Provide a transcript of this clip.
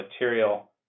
material